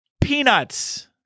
peanuts